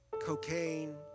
cocaine